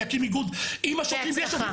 אני אקים איגוד, עם השוטרים, בלי השוטרים.